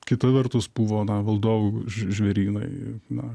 kita vertus buvo valdovų žvėrynai na